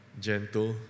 gentle